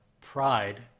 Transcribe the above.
pride